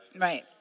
Right